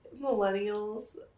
millennials